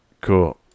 cool